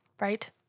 right